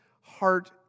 heart